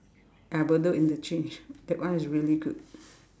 ah Bedok interchange that one is really good